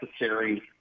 necessary